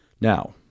Now